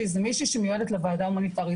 זאת מישהי שמיועדת לוועדה ההומניטארית,